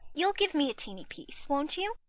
you'll give me a teeny piece, won't you?